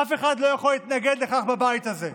אף אחד לא יכול להתנגד לכך בבית הזה.